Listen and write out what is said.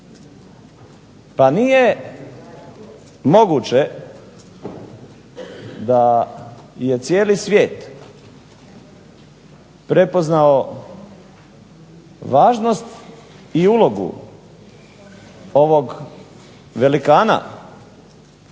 Pa nije moguće da je cijeli svijet prepoznao važnost i ulogu ovog velikana